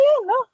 no